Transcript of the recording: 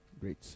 Great